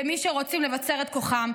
למי שרוצים לבצר את כוחם.